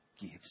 gives